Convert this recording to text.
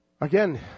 Again